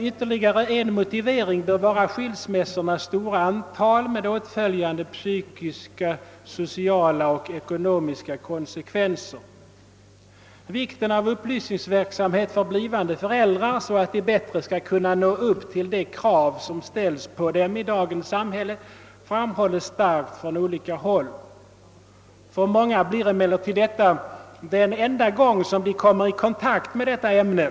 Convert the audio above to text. Ytterligare en motivering bör vara skilsmässornas stora antal med åtföljande psykiska, sociala och ekonomiska konsekvenser. Vikten av upplysningsverksamhet för blivande föräldrar, så att de bättre skall kunna nå upp till de krav som ställs på dem i dagens samhälle framhålles starkt från olika håll. För många blir emellertid detta den enda gång som de kommer i kontakt med detta ämne.